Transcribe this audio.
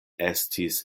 estis